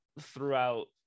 throughout